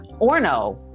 Orno